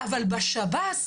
אבל בשב”ס,